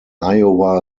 iowa